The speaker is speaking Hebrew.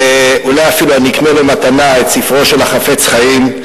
אולי אפילו אני אקנה לו מתנה את ספרו של החפץ חיים,